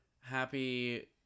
happy